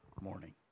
morning